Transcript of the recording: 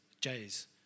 jays